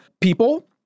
people